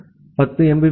ஆகவே 10 எம்